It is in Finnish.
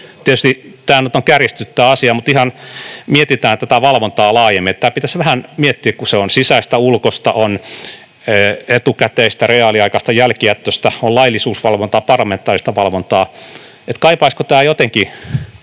Tietysti tämä asia nyt on kärjistetty, mutta mietitään tätä valvontaa laajemmin. Tätä pitäisi vähän miettiä, kun se on sisäistä, ulkoista, on etukäteistä, reaaliaikaista, jälkijättöistä, on laillisuusvalvontaa, parlamentaarista valvontaa, että kaipaisiko jotenkin